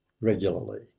regularly